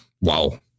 Wow